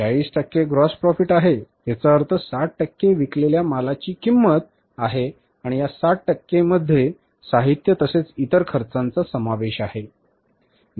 40 टक्के gross profit आहे याचा अर्थ 60 टक्के विकलेल्या मालाची किंमत आहे आणि या 60 टक्के मध्ये साहित्य तसेच इतर खर्चाचा समावेश आहे